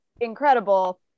incredible